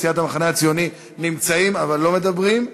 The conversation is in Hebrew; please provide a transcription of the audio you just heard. סיעת המחנה הציוני נמצאים אבל לא מדברים.